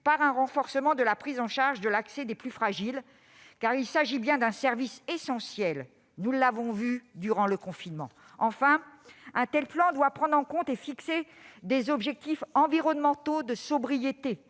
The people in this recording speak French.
un renforcement de la prise en charge de l'accès des plus fragiles, car il s'agit bien d'un service essentiel, nous l'avons vu durant le confinement. Enfin, un tel plan doit fixer des objectifs environnementaux de sobriété.